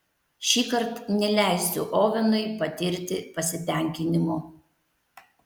šįkart neleisiu ovenui patirti pasitenkinimo